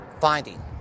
finding